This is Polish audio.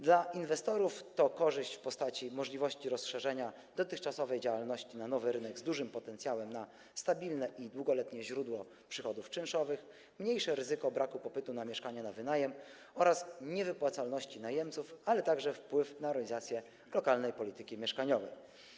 Dla inwestorów to korzyść w postaci możliwości rozszerzenia dotychczasowej działalności na nowy rynek, z dużym potencjałem, jeśli chodzi o stabilne i długoletnie źródło przychodów czynszowych, mniejsze ryzyko braku popytu na mieszkania na wynajem oraz niewypłacalności najemców, ale także wpływ na realizację lokalnej polityki mieszkaniowej.